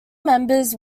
members